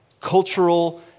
cultural